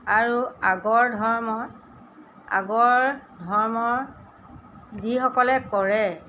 আৰু আগৰ ধৰ্ম আগৰ ধৰ্ম যিসকলে কৰে